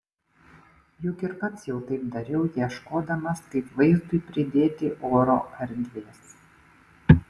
juk ir pats jau taip dariau ieškodamas kaip vaizdui pridėti oro erdvės